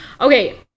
Okay